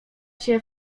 się